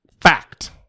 Fact